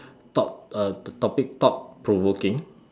thought uh the topic thought provoking